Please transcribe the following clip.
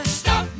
stop